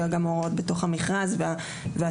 יהיה גם הוראות בתוך המכרז והסמכויות,